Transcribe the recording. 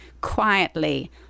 quietly